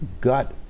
gut